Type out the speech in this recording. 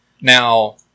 Now